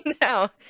now